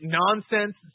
nonsense